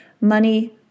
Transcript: money